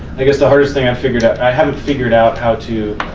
i guess the hardest thing i've figured out, i haven't figured out how to.